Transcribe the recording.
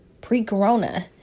pre-corona